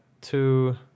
two